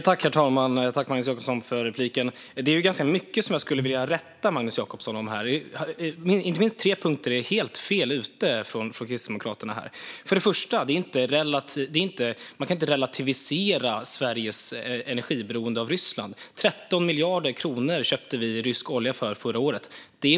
Herr talman! Tack, Magnus Jacobsson, för repliken! Det är ganska mycket som jag skulle vilja rätta Magnus Jacobsson om - på åtminstone tre punkter är Kristdemokraterna helt fel ute här. Det går inte att relativisera Sveriges energiberoende av Ryssland. Förra året köpte vi rysk olja för 13 miljarder.